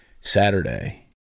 Saturday